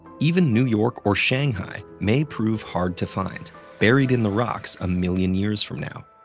even new york or shanghai may prove hard to find buried in the rocks a million years from now.